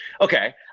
Okay